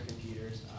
computers